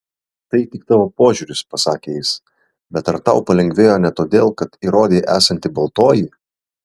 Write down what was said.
tai tik tavo požiūris pasakė jis bet ar tau palengvėjo ne todėl kad įrodei esanti baltoji